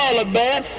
ah look bad.